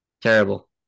Terrible